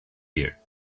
here